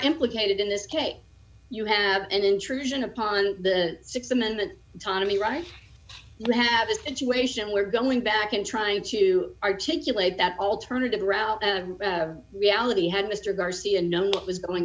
implicated in this case you have an intrusion upon the th amendment tanami right you have a situation where going back and trying to articulate that alternative route of reality had mr garcia known what was going